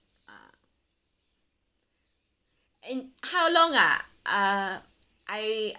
and how long ah uh I